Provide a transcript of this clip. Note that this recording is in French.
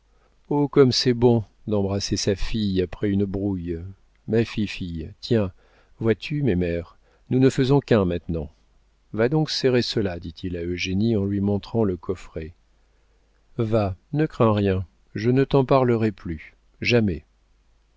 comme c'est bon d'embrasser sa fille après une brouille ma fifille tiens vois-tu mémère nous ne faisons qu'un maintenant va donc serrer cela dit-il à eugénie en lui montrant le coffret va ne crains rien je ne t'en parlerai plus jamais